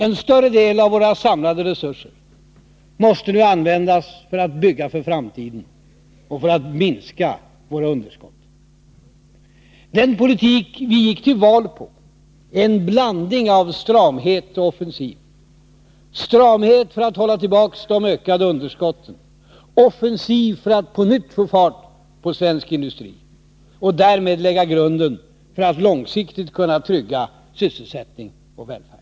En större del av våra samlade resurser måste nu användas för att bygga för framtiden och för att minska våra underskott. Den politik som vi socialdemokrater gick till val på är en blandning av stramhet och offensiv. Stramhet för att hålla tillbaka de ökande underskotten — offensiv för att på nytt få fart på svensk industri och därmed lägga grunden för att långsiktigt kunna trygga sysselsättning och välfärd.